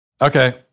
Okay